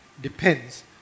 depends